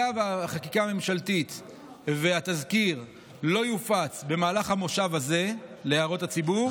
היה והחקיקה הממשלתית והתזכיר לא יופצו במהלך המושב הזה להערות הציבור,